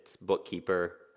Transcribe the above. bookkeeper